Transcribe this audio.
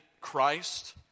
Christ